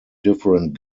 different